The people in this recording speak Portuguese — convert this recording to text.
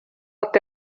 até